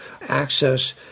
access